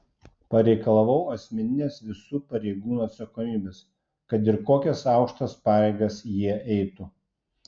pareikalavau asmeninės visų pareigūnų atsakomybės kad ir kokias aukštas pareigas jie eitų